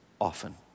often